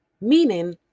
meaning